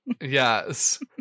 Yes